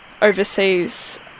overseas